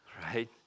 right